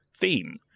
theme